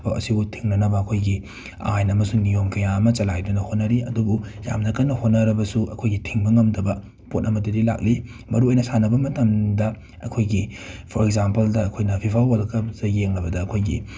ꯊꯕꯛ ꯑꯁꯤꯕꯨ ꯊꯤꯡꯅꯅꯕ ꯑꯩꯈꯣꯏꯒꯤ ꯑꯥꯏꯟ ꯑꯃꯁꯨꯡ ꯅꯤꯌꯣꯝ ꯀꯌꯥ ꯑꯃ ꯆꯂꯥꯏꯗꯨꯅ ꯍꯣꯠꯅꯔꯤ ꯑꯗꯨꯕꯨ ꯌꯥꯝꯅ ꯀꯟꯅ ꯍꯣꯠꯅꯔꯕꯁꯨ ꯑꯩꯈꯣꯏꯒꯤ ꯊꯤꯡꯕ ꯉꯝꯗꯕ ꯄꯣꯠ ꯑꯃꯗꯗꯤ ꯂꯥꯛꯂꯤ ꯃꯔꯨꯑꯣꯏꯅ ꯁꯥꯟꯅꯕ ꯃꯇꯝꯗ ꯑꯩꯈꯣꯏꯒꯤ ꯐꯣꯔ ꯑꯦꯛꯖꯝꯄꯜꯗ ꯑꯩꯈꯣꯏꯅ ꯐꯤꯐꯥ ꯋꯥꯔꯜ ꯀꯞꯇ ꯌꯦꯡꯂꯕꯗ ꯑꯩꯈꯣꯏꯒꯤ